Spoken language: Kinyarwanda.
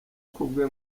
kubwe